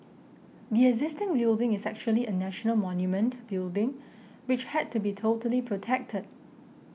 the existing building is actually a national monument building which had to be totally protected